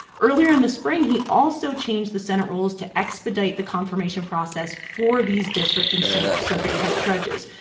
earlier in the spring, he also changed the senate rules to expedite the confirmation process for these district and circuit circuit court judges.